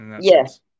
Yes